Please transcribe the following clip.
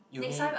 you mean